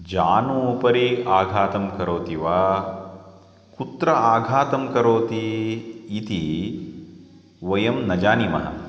जानू उपरि आघातं करोति वा कुत्र आघातं करोति इति वयं न जानीमः